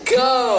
go